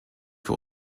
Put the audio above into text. für